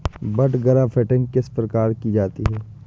बड grafting किस प्रकार की जाती है?